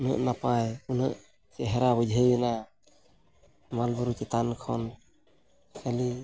ᱩᱱᱟᱹᱜ ᱱᱟᱯᱟᱭ ᱩᱱᱟᱹᱜ ᱪᱮᱦᱨᱟ ᱵᱩᱡᱷᱟᱹᱣᱮᱱᱟ ᱦᱮᱢᱟᱞ ᱵᱩᱨᱩ ᱪᱮᱛᱟᱱ ᱠᱷᱚᱱ ᱠᱷᱟᱹᱞᱤ